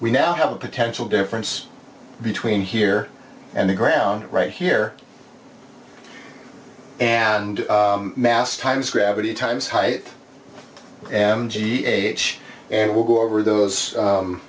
we now have a potential difference between here and the ground right here and mass times gravity times height and g h and we'll go over those